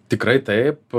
tikrai taip